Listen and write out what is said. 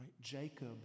Jacob